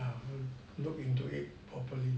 err look into it properly